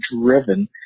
driven